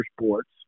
sports